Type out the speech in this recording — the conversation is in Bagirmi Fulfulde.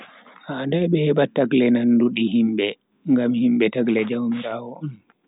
Handai be heba tagle nandu di himbe, ngam himbe tagle jaumiraawo on.